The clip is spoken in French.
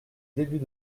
début